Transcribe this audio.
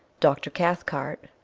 dr. cathcart,